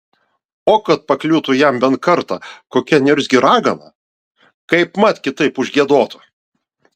o kad pakliūtų jam bent kartą kokia niurzgi ragana kaipmat kitaip užgiedotų